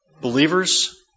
believers